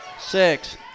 six